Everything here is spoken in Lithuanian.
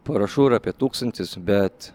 parašų yra apie tūkstantis bet